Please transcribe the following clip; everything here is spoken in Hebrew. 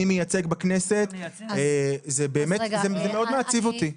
מייצג בכנסת פעם אחר פעם זה באמת מאוד מעציב אותי.